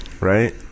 Right